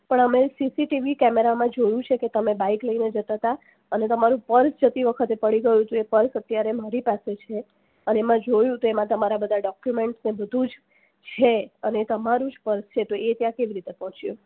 પણ અમે સીસીટીવી કેમેરામાં જોયું છે કે તમે બાઇક લઈને જતાં હતાં અને અને તમારું પર્સ જતી વખતે પડી ગયું એટલે એ પર્સ અત્યારે મારી પાસે છે અને એમાં જોયું તો એમાં તમારા બધા ડોક્યુમેન્ટ્સ ને બધું જ છે અને એ તમારું જ પર્સ છે તો એ ત્યાં કેવી રીતે પહોંચ્યું